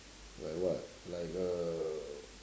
like what like uh